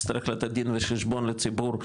תצטרך לתת דין וחשבון לציבור,